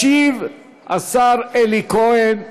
ישיב השר אלי כהן.